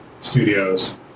studios